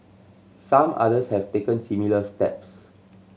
some others have taken similar steps